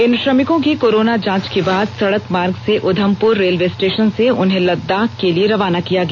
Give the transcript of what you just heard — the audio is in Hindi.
इन श्रमिकों की कोरोना जांच के बाद सड़क मार्ग से उधमपुर रेलवे स्टेशन से उन्हें लद्दाख के लिए रवाना किया गया